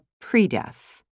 pre-death